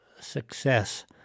success